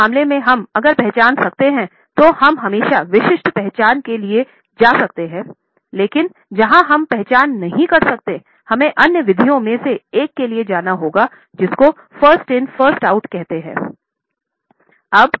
ऐसे मामले में हम अगर पहचान सकते हैं तो हम हमेशा विशिष्ट पहचान के लिए जा सकते हैं लेकिन जहां हम पहचान नहीं कर सकते हमें अन्य विधियों में से एक के लिए जाना होगा जिसको फर्स्ट इन फर्स्ट आउट कहते है